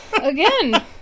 Again